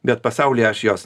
bet pasaulyje aš jos